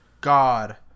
God